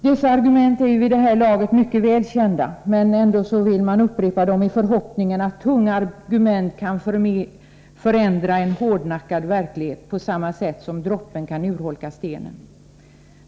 Dessa argument är vid det här laget mycket väl kända, men ändå vill man upprepa dem i förhoppningen att tunga argument kan förändra en hård verklighet på samma sätt som droppen kan urholka stenen.